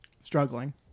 struggling